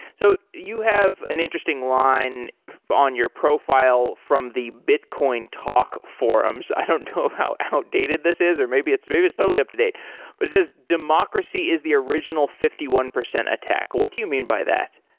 so you have an interesting line on your profile from the bitcoin talk forums. i don't know how outdated this is, or maybe it's maybe it's totally up-to-date. but it says democracy is the original fifty one percent attack. what you mean by that?